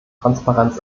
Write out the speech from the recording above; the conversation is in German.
transparenz